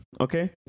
Okay